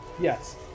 Yes